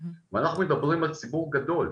אנחנו מדברים על ציבור גדול,